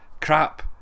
crap